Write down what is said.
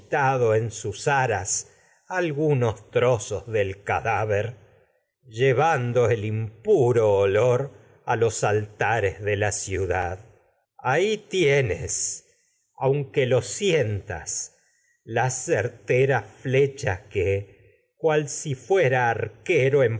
depositado sus algunos trozos del cadáver llevando el impuro olor a los altares de la ciutragedias de sófocles dad ahí tienes si aunque lo sientas las certeras flechas lanzo dolor su que cual fuera arquero